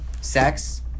Sex